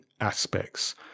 aspects